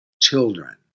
children